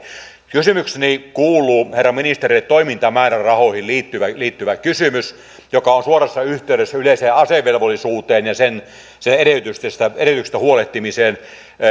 kysymykseni herra ministeri toimintamäärärahoihin liittyvä liittyvä kysymys joka on suorassa yhteydessä yleiseen asevelvollisuuteen ja sen edellytyksistä huolehtimiseen kuuluu